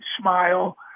smile